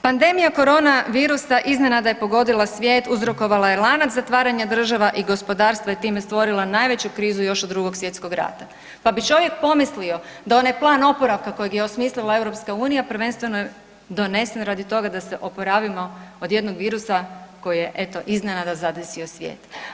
Pandemija corona virusa iznenada je pogodila svijet, uzrokovala je lanac zatvaranja država i gospodarstava i time stvorila najveću krizu još od Drugog svjetskog rata, pa bi čovjek pomislio da onaj plan oporavka kojeg je osmislila EU prvenstveno je donesen radi toga da se oporavimo od jednog virusa koji je eto iznenada zadesio svijet.